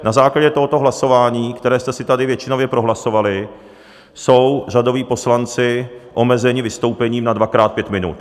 Na základě tohoto hlasování, které jste si tady většinově prohlasovali, jsou řadoví poslanci omezeni vystoupením na dvakrát pět minut.